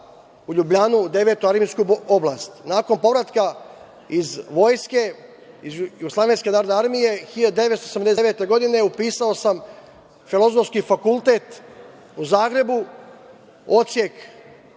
u Ljubljanu, Devetu armiska oblast. Nakon povratka iz vojske, iz JNA 1989. godine upisao sam Filozofski fakultet u Zagrebu, odsek